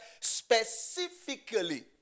specifically